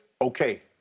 Okay